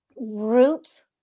root